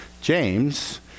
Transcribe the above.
James